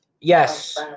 Yes